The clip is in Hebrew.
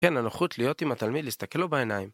כן, הנוחות להיות עם התלמיד, להסתכל לו בעיניים.